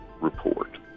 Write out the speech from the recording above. report